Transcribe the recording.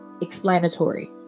explanatory